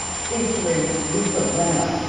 featuring lisa rinna,